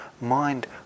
mind